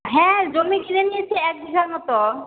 হ্যাঁ জমি কিনে নিয়েছি এক বিঘার মতো